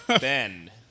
Ben